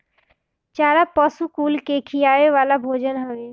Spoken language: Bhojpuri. चारा पशु कुल के खियावे वाला भोजन हवे